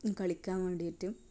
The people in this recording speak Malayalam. കളിക്കാൻ വേണ്ടിയിട്ടും